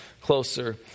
closer